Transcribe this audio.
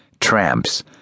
tramps